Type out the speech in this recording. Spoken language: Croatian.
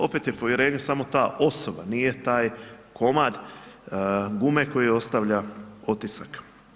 Opet je povjerenje samo ta osoba, nije taj komad gume koji ostavlja otisak.